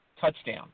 touchdown